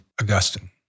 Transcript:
Augustine